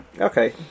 Okay